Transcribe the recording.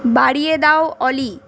বাড়িয়ে দাও অলি